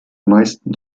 meisten